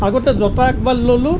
আগতে জোতা একবাৰ ল'লোঁ